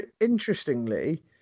interestingly